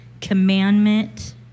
commandment